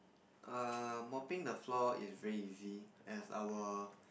err mopping the floor is very easy as our